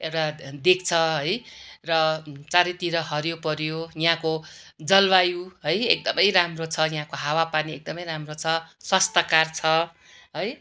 एउटा देख्छ है र चारैतिर हरियो परियो यहाँको जलवायु है एकदमै राम्रो छ यहाँको हावा पानी एकदमै राम्रो छ स्वास्थ्यकर छ है